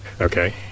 Okay